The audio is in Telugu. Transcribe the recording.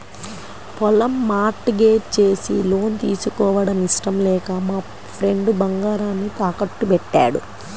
పొలం మార్ట్ గేజ్ చేసి లోన్ తీసుకోవడం ఇష్టం లేక మా ఫ్రెండు బంగారాన్ని తాకట్టుబెట్టాడు